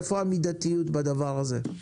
איפה המידתיות בדבר הזה?